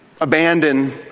abandon